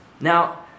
Now